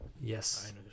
yes